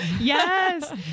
yes